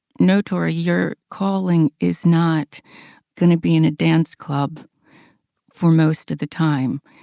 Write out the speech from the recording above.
no, tori, your calling is not going to be in a dance club for most of the time.